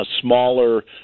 smaller